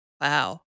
Wow